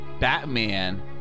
Batman